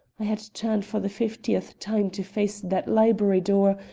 i had turned for the fiftieth time to face that library door,